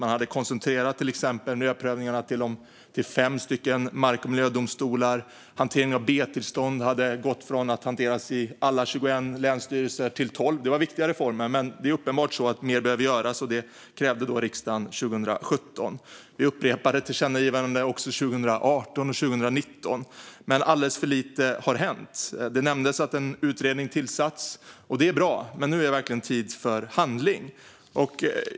Man hade till exempel koncentrerat miljöprövningarna till fem mark och miljödomstolar, och hantering av B-tillstånd hade gått från att hanteras i alla 21 länsstyrelser till 12. Det var viktiga reformer, men det är uppenbart så att mer behöver göras, vilket riksdagen krävde 2017. Vi upprepade tillkännagivandena också 2018 och 2019, men alldeles för lite har hänt. Det nämndes att en utredning tillsatts. Det är bra, men nu är det verkligen tid för handling.